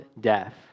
death